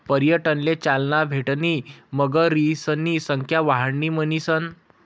पर्यटनले चालना भेटणी मगरीसनी संख्या वाढणी म्हणीसन